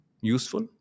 useful